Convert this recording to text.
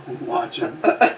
watching